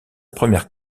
première